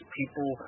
people